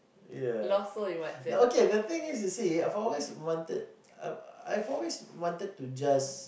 ya no okay the thing is you see I've always wanted uh I've always wanted to just